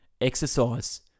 Exercise